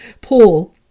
Paul